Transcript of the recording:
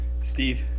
Steve